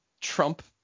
Trump